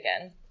again